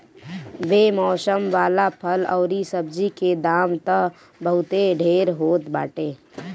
बेमौसम वाला फल अउरी सब्जी के दाम तअ बहुते ढेर होत बाटे